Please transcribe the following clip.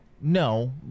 No